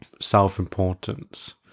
self-importance